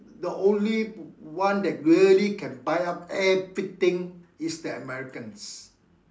the only one that really can buy up everything is the Americans